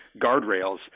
guardrails